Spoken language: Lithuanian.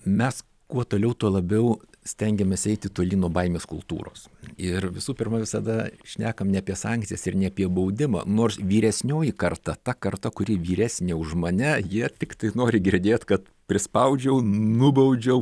mes kuo toliau tuo labiau stengiamės eiti toli nuo baimės kultūros ir visų pirma visada šnekam ne apie sankcijas ir ne apie baudimą nors vyresnioji karta ta karta kuri vyresnė už mane jie tiktai nori girdėt kad prispaudžiau nubaudžiau